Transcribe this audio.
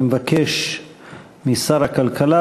אני מבקש משר הכלכלה,